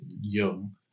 young